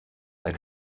ein